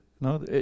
No